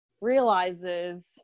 realizes